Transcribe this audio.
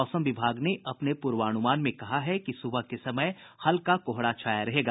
मौसम विभाग ने अपने पूर्वानुमान में कहा है कि सुबह के समय हल्का कोहरा छाया रहेगा